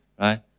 Right